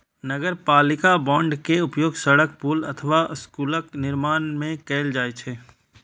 नगरपालिका बांड के उपयोग सड़क, पुल अथवा स्कूलक निर्माण मे कैल जाइ छै